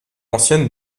ancienne